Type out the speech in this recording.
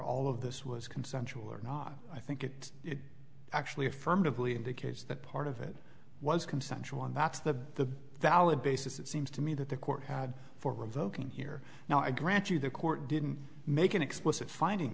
all of this was consensual or not i think it actually affirmatively indicates that part of it was consensual and that's the valid basis it seems to me that the court had for revoking here now i grant you the court didn't make an explicit finding